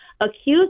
accused